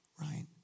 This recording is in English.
right